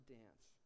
dance